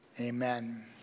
amen